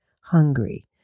hungry